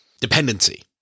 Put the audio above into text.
dependency